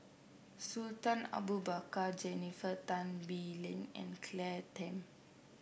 Sultan Abu Bakar Jennifer Tan Bee Leng and Claire Tham